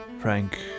frank